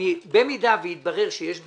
במידה ויתברר שיש בעיות,